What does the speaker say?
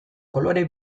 kolore